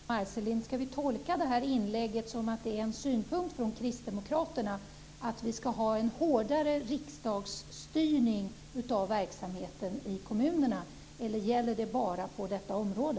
Fru talman! Jag har en kort fråga till Ragnwi Marcelind. Ska vi tolka det här inlägget som att det är en synpunkt från Kristdemokraterna att vi ska ha en hårdare riksdagsstyrning av verksamheten i kommunerna, eller gäller det bara på detta område?